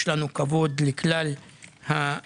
יש לנו כבוד לכלל המדיה,